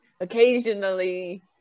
occasionally